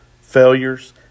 failures